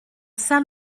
saint